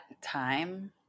time